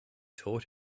taught